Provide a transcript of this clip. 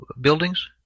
buildings